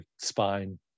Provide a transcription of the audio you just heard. spine